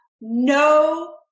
no